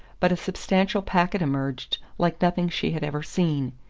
but a substantial packet emerged, like nothing she had ever seen.